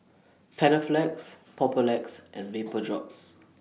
Panaflex Papulex and Vapodrops